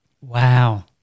Wow